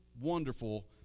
wonderful